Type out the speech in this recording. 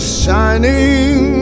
shining